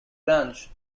grange